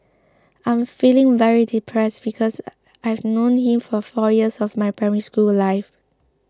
I'm feeling very depressed because I've known him for four years of my Primary School life